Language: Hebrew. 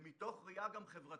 וגם מתוך ראייה חברתית,